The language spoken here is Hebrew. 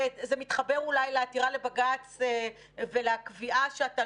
וזה מתחבר אולי לעתירה לבג"ץ ולקביעה שאתה